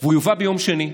והוא יובא ביום שני,